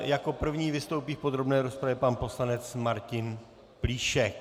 Jako první vystoupí v podrobné rozpravě pan poslanec Martin Plíšek.